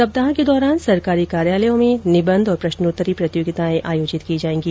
सप्ताह के दौरान सरकारी कार्यालयों में निबंध और प्रश्नोत्तरी प्रतियोगिताएं भी आयोजित की जाएंगी